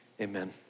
Amen